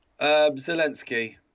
Zelensky